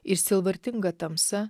ir sielvartinga tamsa